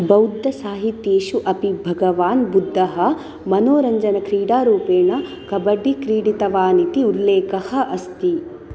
बौद्धसाहित्येषु अपि भगवान् बुद्धः मनोरञ्जनक्रीडारूपेण कबड्डी क्रीडितवान् इति उल्लेखः अस्ति